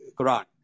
Quran